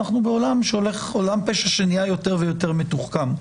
אנחנו בעולם פשע שהולך ונהיה יותר ויותר מתוחכם.